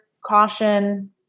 caution